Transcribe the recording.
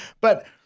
but-